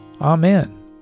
Amen